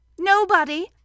Nobody